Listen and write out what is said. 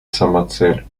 самоцель